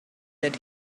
that